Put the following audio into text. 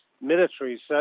military